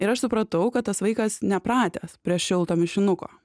ir aš supratau kad tas vaikas nepratęs prie šilto mišinuko